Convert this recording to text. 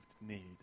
need